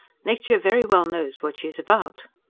nature very well knows what she is about.